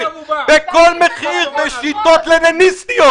בשיטות לניניסטיות.